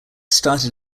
started